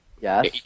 Yes